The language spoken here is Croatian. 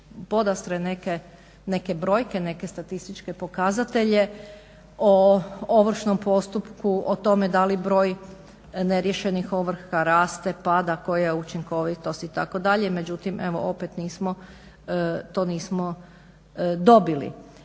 podastre neke brojke, neke statističke pokazatelje o ovršnom postupku, o tome da li broj neriješenih ovrha raste, pada, koja je učinkovitost itd. Međutim, evo opet nismo, to nismo dobili.